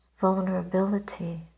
vulnerability